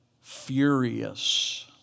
furious